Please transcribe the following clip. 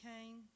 came